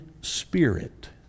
spirit